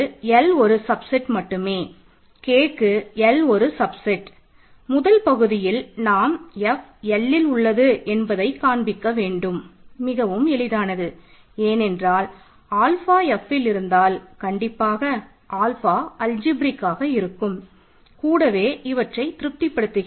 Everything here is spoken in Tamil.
L ஒரு ஃபீல்ட் இருக்கும் கூடவே இவற்றை திருப்தி படுத்துகிறது